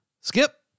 Skip